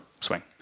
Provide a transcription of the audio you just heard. swing